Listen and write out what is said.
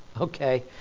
Okay